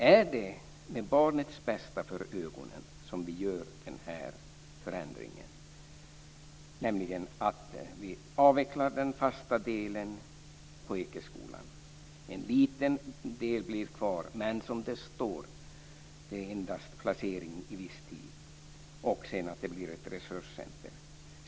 Är det med barnens bästa för ögonen som vi gör den här förändringen, nämligen att avveckla den fasta delen av Ekeskolan? En liten del blir kvar, men som det står gäller det endast placering för viss tid. Sedan blir det ett resurscenter.